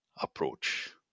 approach